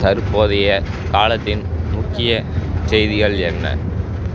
தற்போதைய காலத்தின் முக்கிய செய்திகள் என்ன